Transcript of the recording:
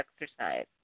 exercise